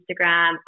Instagram